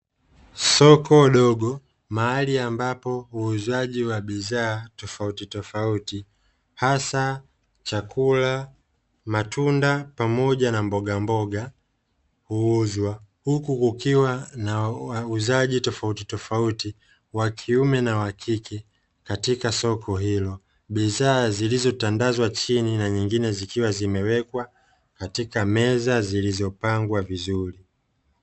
Soko dogo mahali ambapo uuzaji wa bidhaa tofauti tofauti hasa chakula, matunda pamoja na mbogamboga huuzwa, huku kukiwa na wauuzaji tofauti tofauti wa kiume na wa kike katika soko hilo, bidhaa zilizotandazwa chini na nyingine zikiwa zimewekwa katika meza zilizopangwa vizuri.